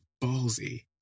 ballsy